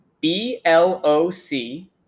B-L-O-C